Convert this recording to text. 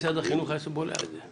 משרד החינוך היה בולע את זה,